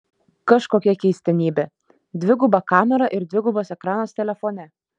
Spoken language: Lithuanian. kažkokia keistenybė dviguba kamera ir dvigubas ekranas telefone